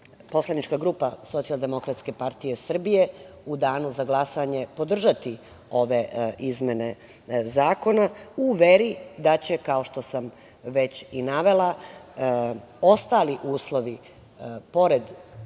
poslanička grupa Socijaldemokratske partije Srbije u danu za glasanje podržati ove izmene zakona, u veri da će, kao što sam već i navela, ostali uslovi, pored